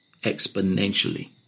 exponentially